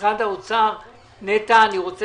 הצעת תקציב משרד מבקר המדינה לשנת